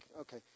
okay